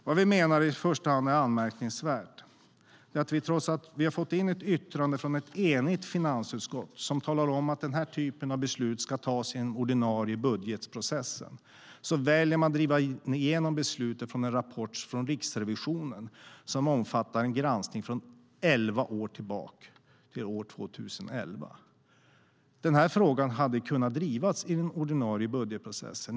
Vad vi menar i första hand är anmärkningsvärt är att trots att vi har fått in ett yttrande från ett enigt finansutskott som talar om att den här typen av beslut ska tas i den ordinarie budgetprocessen väljer man att vilja driva igenom ett beslut utgående från en rapport från Riksrevisionen, som omfattar en granskning från elva år tillbaka, 2000-2011. Den här frågan hade kunnat drivas i den ordinarie budgetprocessen.